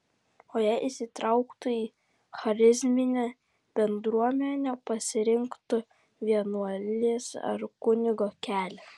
o jei įsitrauktų į charizminę bendruomenę pasirinktų vienuolės ar kunigo kelią